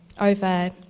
over